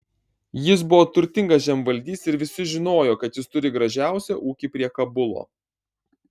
jis buvo turtingas žemvaldys ir visi žinojo kad jis turi gražiausią ūkį prie kabulo